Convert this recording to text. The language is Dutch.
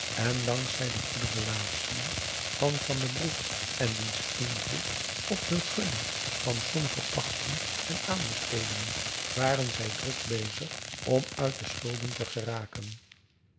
zij de goede relatiën van van den broek en diens invloed op de gunning van sommige pachten en aanbestedingen waren zij druk bezig om uit de schulden te geraken